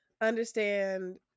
understand